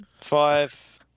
Five